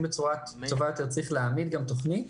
בצורה טובה יותר צריך להעמיד גם תוכנית,